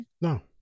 No